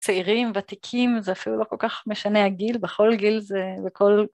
צעירים, ותיקים, זה אפילו לא כל כך משנה הגיל, בכל גיל זה כל...